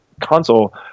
console